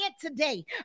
today